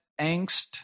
angst